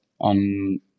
on